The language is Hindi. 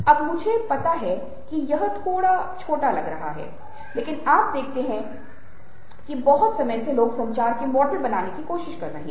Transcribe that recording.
अब मुझे पता है कि यह थोड़ा छोटा लग सकता है लेकिन आप देखते हैं कि बहुत समय से लोग संचार के मॉडल बनाने की कोशिश कर रहे हैं